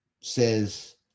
says